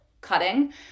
cutting